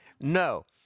No